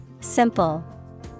simple